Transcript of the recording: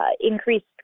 increased